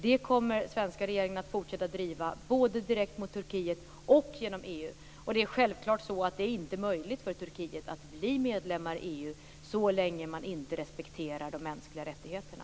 Den svenska regeringen kommer att fortsätta att driva detta både direkt mot Turkiet och genom EU. Det är självklart inte möjligt för Turkiet att bli medlem av EU så länge man där inte respekterar de mänskliga rättigheterna.